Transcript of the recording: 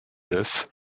d’œuf